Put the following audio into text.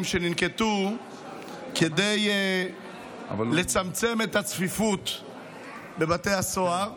שננקטו כדי לצמצם את הצפיפות בבתי הסוהר.